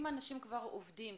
אם האנשים כבר עובדים,